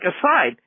aside